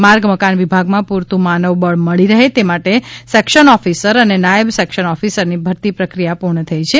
માર્ગ મકાન વિભાગમાં પૂરતું માનવબળ મળી રહે એ માટે સેકશન ઓફિસર અને નાયબ સેકશન ઓફસરની ભરતી પ્રક્રિયા પૂર્ણ થઇ છે